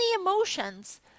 emotions